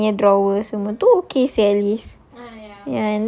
habis dengan dia punya drawer semua tu okay seh at least